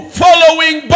following